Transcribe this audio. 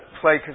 play